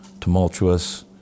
tumultuous